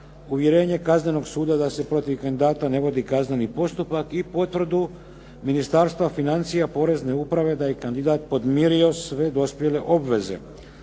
uvjerenje kaznenog suda da se protiv kandidata ne vodi kazneni postupak i potvrdu Ministarstva financija porezne uprave da je kandidat podmirio sve dospjele obveze.